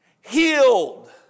Healed